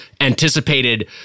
anticipated